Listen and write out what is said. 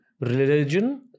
religion